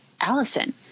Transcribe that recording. Allison